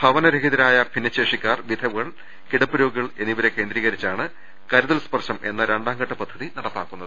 ഭവനരഹിത രായ ഭിന്നശേഷിക്കാർ വിധവകൾ കിടപ്പുരോഗികൾ എന്നിവരെ കേന്ദ്രീകരിച്ചാണ് കരുതൽ സ്പർശം എന്ന് രണ്ടാംഘട്ട പദ്ധതി നട പ്പാക്കുന്നത്